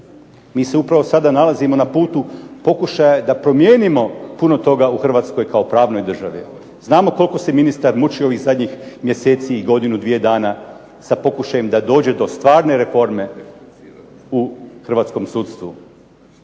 Mi se upravo sada nalazimo na putu pokušaja da promijenimo puno toga u Hrvatskoj kao pravnoj državi. Znamo koliko se ministar mučio ovih zadnjih mjeseci i godinu, dvije dana sa pokušajem da dođe do stvarne reforme u hrvatskom sudstvu.